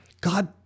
God